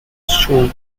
shown